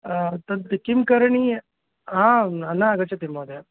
तद् किं करणीयम् आम् न आगच्छति महोदय